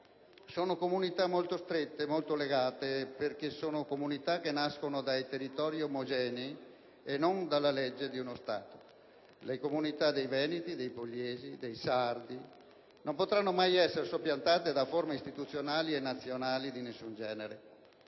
Sono comunità molto strette e molto legate perché sono comunità che nascono dai territori omogenei, e non dalla legge di uno Stato: le comunità dei veneti, dei pugliesi o dei sardi non potranno mai essere soppiantate da forme istituzionali nazionali di nessun genere.